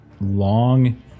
long